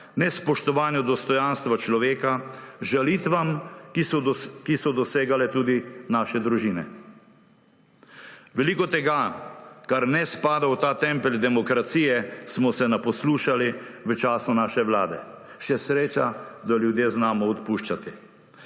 nespoštovanju dostojanstva človeka, žalitvam, ki so dosegale tudi naše družine. Veliko tega, kar ne spada v ta tempelj demokracije, smo se naposlušali v času naše vlade. Še sreča, da ljudje znamo odpuščati.